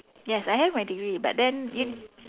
yes I have my degree but then